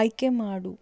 ಆಯ್ಕೆ ಮಾಡು